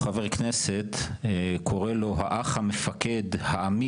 רק אחד מורשע בטרור.